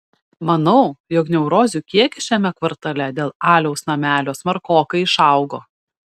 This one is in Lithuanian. manau jog neurozių kiekis šiame kvartale dėl aliaus namelio smarkokai išaugo